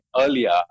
earlier